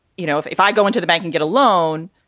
you know, if if i go into the bank and get a loan.